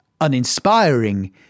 uninspiring